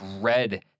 red